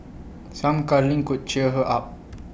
some cuddling could cheer her up